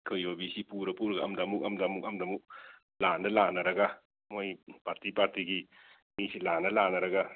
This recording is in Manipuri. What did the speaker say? ꯑꯩꯈꯣꯏ ꯌꯨꯕꯤꯁꯤ ꯄꯨꯔ ꯄꯨꯔꯒ ꯑꯃꯗ ꯑꯃꯨꯛ ꯑꯃꯗ ꯑꯃꯨꯛ ꯂꯥꯟꯅ ꯂꯥꯟꯅꯔꯒ ꯃꯣꯏ ꯄꯥꯔꯇꯤ ꯄꯥꯔꯇꯤꯒꯤ ꯃꯤꯁꯤ ꯂꯥꯟꯅ ꯂꯥꯟꯅꯔꯒ